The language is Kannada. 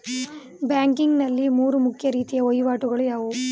ಬ್ಯಾಂಕಿಂಗ್ ನಲ್ಲಿ ಮೂರು ಮುಖ್ಯ ರೀತಿಯ ವಹಿವಾಟುಗಳು ಯಾವುವು?